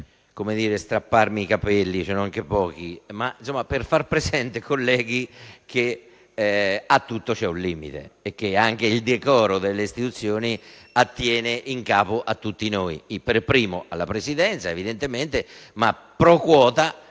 non per strapparmi i capelli (che sono anche pochi), ma per far presente, colleghi, che a tutto c'è un limite e che anche il decoro delle istituzioni è in capo a tutti noi, in primo luogo alla Presidenza, evidentemente, ma *pro quota*